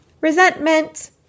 Resentment